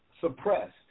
suppressed